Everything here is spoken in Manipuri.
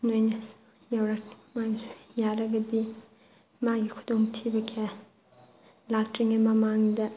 ꯅꯣꯏꯅ ꯌꯧꯔꯛꯄꯁꯨ ꯌꯥꯔꯒꯗꯤ ꯃꯥꯒꯤ ꯈꯨꯗꯣꯡ ꯊꯤꯕ ꯀꯌꯥ ꯂꯥꯛꯇ꯭ꯔꯤꯉꯩ ꯃꯃꯥꯡꯗ